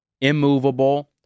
immovable